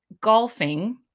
golfing